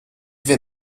vais